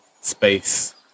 space